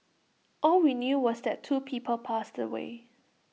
all we knew was that two people passed away